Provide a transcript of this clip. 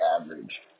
average